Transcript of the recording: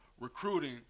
recruiting